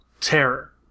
terror